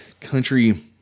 country